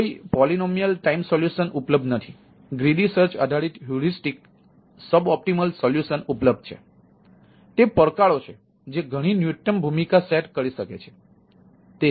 તે પડકારો છે જે ઘણી ન્યૂનતમ ભૂમિકા સેટ કરી શકે છે